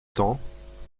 temps